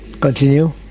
Continue